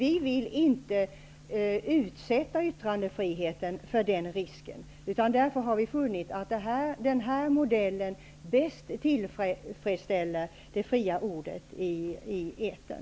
Vi vill inte utsätta yttrandefriheten för den risken. Därför har vi funnit att denna modell bäst tillfredsställer det fria ordet i etern.